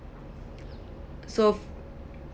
so